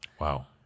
Wow